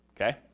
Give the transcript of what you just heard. okay